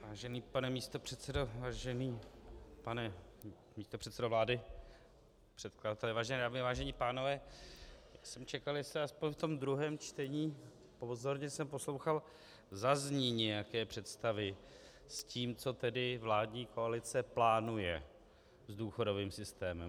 Vážený pane místopředsedo, vážený pane místopředsedo vlády, předkladatelé, vážené dámy, vážení pánové, já jsem čekal, že aspoň ve druhém čtení, pozorně jsem poslouchal, zazní nějaké představy s tím, co tedy vládní koalice plánuje s důchodovým systémem.